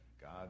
God